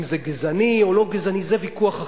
אם זה גזעני או לא גזעני, זה ויכוח אחר.